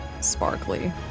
sparkly